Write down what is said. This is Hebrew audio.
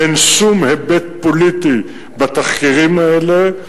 אין שום היבט פוליטי בתחקירים האלה,